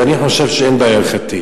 ואני חושב שאין בעיה הלכתית,